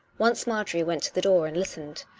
once marjorie went to the door and listened,